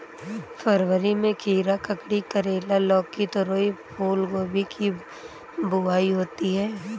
फरवरी में खीरा, ककड़ी, करेला, लौकी, तोरई, फूलगोभी की बुआई होती है